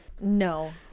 No